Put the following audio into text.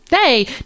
Hey